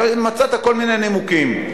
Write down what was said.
מצאת כל מיני נימוקים,